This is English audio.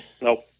Nope